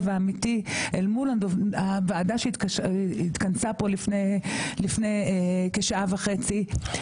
האמיתי אל מול הוועדה שהתכנסה פה לפני כשעה וחצי.